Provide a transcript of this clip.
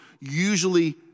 usually